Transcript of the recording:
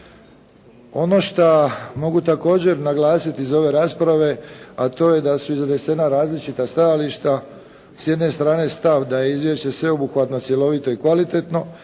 Ono šta mogu također naglasiti iz ove rasprave a to je da su iznesena različita stajališta, s jedne strane stav da je izvješće sveobuhvatan, cjelovito i kvalitetno